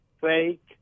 fake